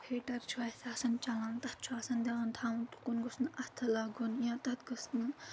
heater چھُ اَسہِ آسان چَلان تَتھ چھُ آسان دیان تھاوُن تُکُن گوٚژھ نہٕ اَتھٕ لگُن یا تَتھ گوٚژھ نہٕ